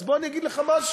אז בוא אני אגיד לך משהו.